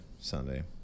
Sunday